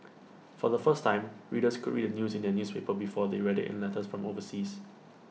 for the first time readers could read the news in their newspaper before they read IT in letters from overseas